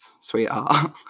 sweetheart